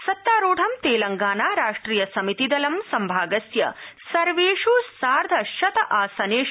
सत्तारूढ़ तेलंगाना राष्ट्रिय समिति दलं संभागस्य सर्वेष् सार्ध शत आसनेष्